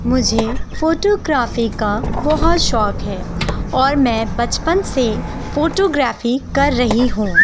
مجھے photography کا بہت شوق ہے اور میں بچپن سے فوٹو گرافی کر رہی ہوں